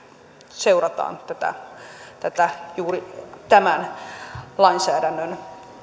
seurataan juuri tämän lainsäädännön